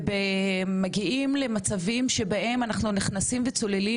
ומגיעים למצבים שבהם אנחנו נכנסים וצוללים